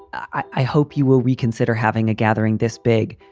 i hope you will reconsider having a gathering this big,